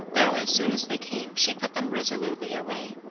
though as soon as they came she put them resolutely away.